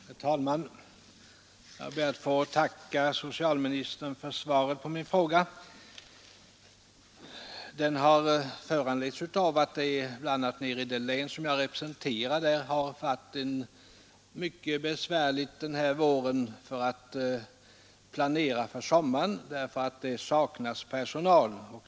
Herr talman! Jag ber att få tacka socialministern för svaret på min fråga. Den har föranletts av att det bl.a. i det län som jag representerar denna vår har varit mycket besvärligt att planera för sommaren därför att det saknas personal.